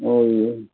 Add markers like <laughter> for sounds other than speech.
<unintelligible>